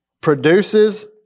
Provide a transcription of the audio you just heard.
produces